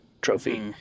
trophy